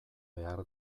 behar